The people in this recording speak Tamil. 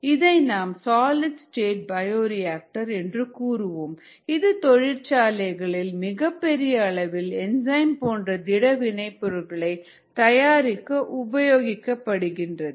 இதை நாம் சாலிட் ஸ்டேட் பயோரியாக்டர் என்று கூறுவோம் இது தொழிற்சாலைகளில் மிகப்பெரிய அளவில் என்சைம் போன்ற திட வினைபொருட்கள் தயாரிக்க உபயோகிக்கப்படுகிறது